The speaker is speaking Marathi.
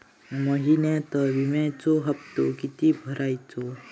महिन्यात विम्याचो हप्तो किती भरायचो?